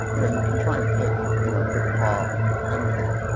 you know you can try and pick you know pick apart anything.